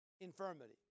infirmity